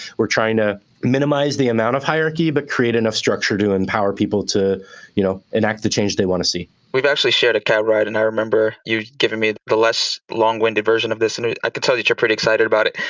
we're trying to minimize the amount of hierarchy, but create enough structure to empower people to you know enact the change they want to see. jon foust we've actually shared a cab ride. and i remember you giving me the less long-winded version of this. and i can tell that you're pretty excited about it.